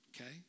okay